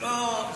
זה לא ראוי.